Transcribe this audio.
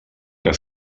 que